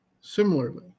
Similarly